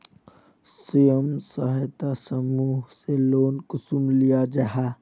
स्वयं सहायता समूह से लोन कुंसम लिया जाहा?